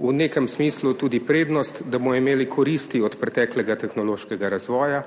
v nekem smislu tudi prednost, da bomo imeli koristi od preteklega tehnološkega razvoja,